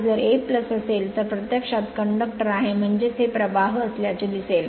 जर हे a असेल तर हे प्रत्यक्षात कंडक्टर आहे म्हणजेच ते प्रवाहअसल्याचे दिसेल